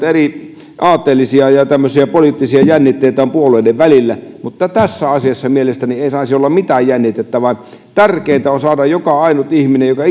eri aatteellisia ja poliittisia jännitteitä on puolueiden välillä mutta tässä asiassa mielestäni ei saisi olla mitään jännitettävää tärkeintä on saada joka ainut ihminen jonka